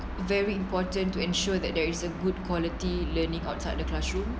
very important to ensure that there is a good quality learning outside the classroom